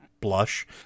blush